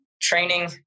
training